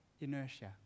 inertia